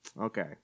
Okay